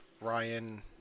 ryan